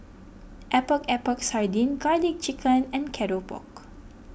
Epok Epok Sardin Garlic Chicken and Keropok